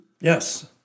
yes